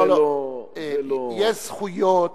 יש זכויות